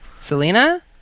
Selena